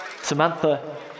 Samantha